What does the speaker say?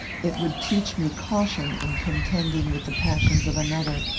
it would teach me caution in contending with the passions of another,